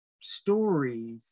stories